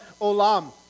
Olam